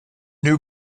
new